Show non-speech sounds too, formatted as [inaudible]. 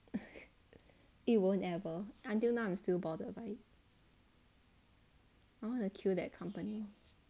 [laughs] it won't ever until now I'm still bothered by it I want to kill that company